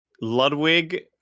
Ludwig